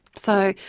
so,